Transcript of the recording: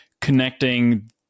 connecting